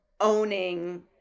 owning